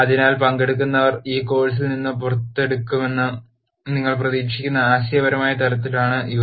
അതിനാൽ പങ്കെടുക്കുന്നവർ ഈ കോഴ്സിൽ നിന്ന് പുറത്തെടുക്കുമെന്ന് നിങ്ങൾ പ്രതീക്ഷിക്കുന്ന ആശയപരമായ തലത്തിലാണ് ഇവ